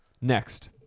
Next